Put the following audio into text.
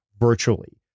virtually